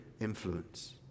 influence